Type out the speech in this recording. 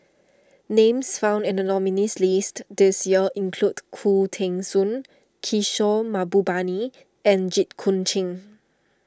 names found in the nominees' list this year include Khoo Teng Soon Kishore Mahbubani and Jit Koon Ch'ng